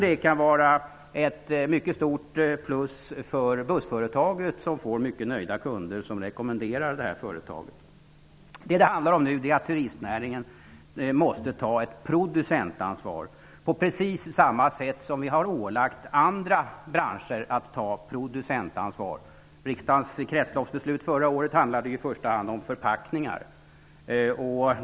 Det kan vara ett mycket stort plus för bussföretaget som får mycket nöjda kunder som rekommenderar företaget. Det handlar nu om att turistnäringen måste ta ett producentansvar på precis samma sätt som vi har ålagt andra branscher att ta producentansvar. Riksdagens kretsloppsbeslut förra året handlade i första hand om förpackningar.